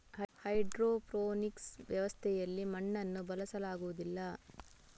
hydroponics ವ್ಯವಸ್ಥೆಯಲ್ಲಿ ಮಣ್ಣನ್ನು ಬಳಸಲಾಗುವುದಿಲ್ಲ